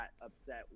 upset